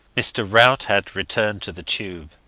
mr. rout had returned to the tube.